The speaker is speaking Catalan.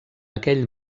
aquell